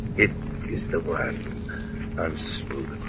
it is the one unsmooth